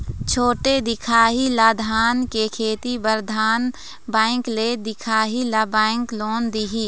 छोटे दिखाही ला धान के खेती बर धन बैंक ले दिखाही ला बैंक लोन दिही?